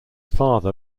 father